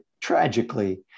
tragically